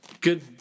good